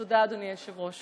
תודה, אדוני היושב-ראש.